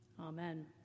Amen